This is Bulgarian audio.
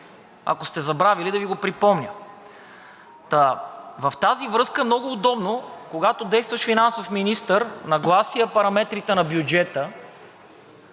Ако сте забравили, да Ви го припомня. Та в тази връзка, много е удобно, когато действащ финансов министър наглася параметрите на бюджета